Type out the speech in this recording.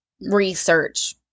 research